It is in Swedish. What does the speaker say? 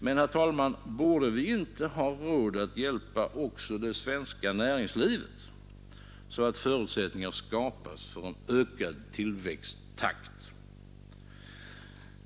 Men, herr talman, borde vi inte ha råd att hjälpa också det svenska näringslivet, så att förutsättningar skapas för en ökad tillväxttakt?